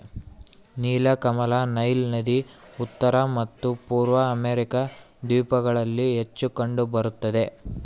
ನೀಲಕಮಲ ನೈಲ್ ನದಿ ಉತ್ತರ ಮತ್ತು ಪೂರ್ವ ಅಮೆರಿಕಾ ದ್ವೀಪಗಳಲ್ಲಿ ಹೆಚ್ಚು ಕಂಡು ಬರುತ್ತದೆ